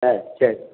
ஆ சரி